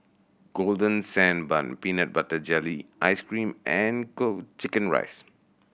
Golden Sand Bun peanut butter jelly ice cream and chicken rice